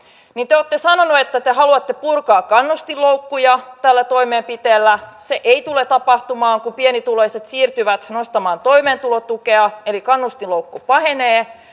niin te olette sanoneet että te haluatte purkaa kannustinloukkuja tällä toimenpiteellä se ei tule tapahtumaan kun pienituloiset siirtyvät nostamaan toimeentulotukea eli kannustinloukku pahenee